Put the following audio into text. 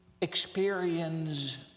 experience